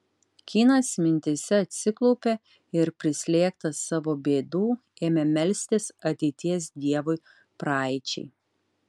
kynas mintyse atsiklaupė ir prislėgtas savo bėdų ėmė melstis ateities dievui praeičiai